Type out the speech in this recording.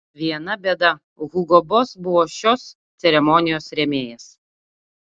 viena bėda hugo boss buvo šios ceremonijos rėmėjas